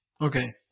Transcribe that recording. Okay